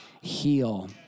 heal